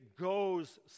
goes